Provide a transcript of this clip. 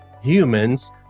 humans